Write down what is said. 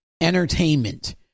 entertainment